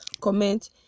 comment